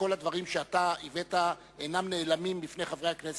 כל הדברים שאתה הבאת אינם נעלמים מחברי הכנסת,